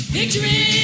Victory